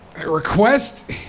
request